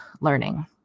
learning